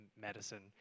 Medicine